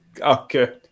Okay